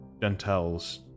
Gentiles